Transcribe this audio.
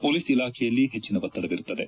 police ಇಲಾಖೆಯಲ್ಲಿ ಹೆಚ್ಚಿನ ಒತ್ತಡವಿರುತ್ತದೆ